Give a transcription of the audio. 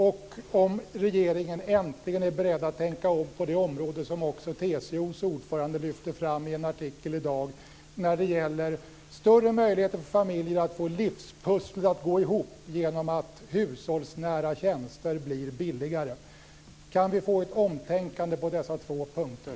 Och är regeringen äntligen beredd att tänka om när det gäller det område som TCO:s ordförande lyfte fram i en artikel i dag om större möjligheter för familjer att få livspusslet att gå ihop genom att hushållsnära tjänster blir billigare? Kan vi få ett omtänkande på dessa två punkter?